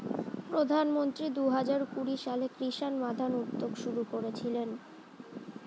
প্রধানমন্ত্রী দুহাজার কুড়ি সালে কিষান মান্ধান উদ্যোগ শুরু করেছিলেন